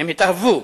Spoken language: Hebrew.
והם התאהבו.